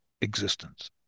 existence